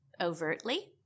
overtly